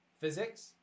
physics